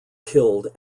killed